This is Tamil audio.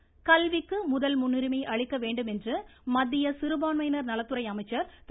முக்தார் கல்விக்கு முதல் முன்னுரிமை அளிக்க வேண்டுமென்று மத்திய சிறுபான்மையினர் நலத்துறை அமைச்சர் திரு